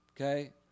Okay